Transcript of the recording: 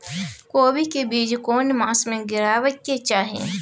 कोबी के बीज केना मास में गीरावक चाही?